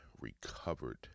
recovered